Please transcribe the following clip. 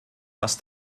was